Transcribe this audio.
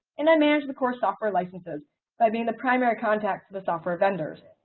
and i manage the core software licenses by being the primary contact to the software vendors.